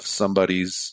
somebody's